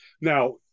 Now